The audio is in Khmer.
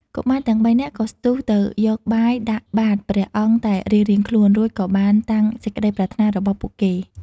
កុមារទាំងបីនាក់ក៏ស្ទុះទៅយកបាយដាក់បាត្រព្រះអង្គតែរៀងៗខ្លួន រួចក៏បានតាំងសេចក្តីប្រាថ្នារបស់ពួកគេ។